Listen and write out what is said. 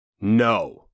No